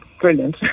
Brilliant